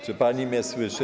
Czy pani mnie słyszy?